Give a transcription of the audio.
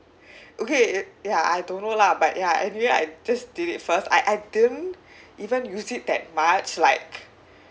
okay ya I don't know lah but ya anyway I just did it first I I didn't even use it that much like